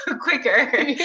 quicker